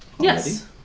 Yes